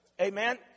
amen